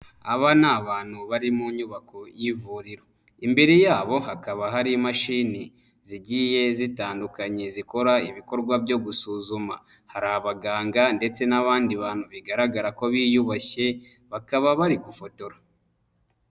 Aba ni abantu bari mu nyubako y'ivuriro, imbere yabo hakaba hari imashini zigiye zitandukanye zikora ibikorwa byo gusuzuma, hari abaganga ndetse n'abandi bantu bigaragara ko biyubashye, bakaba bari gufotora.